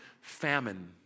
Famine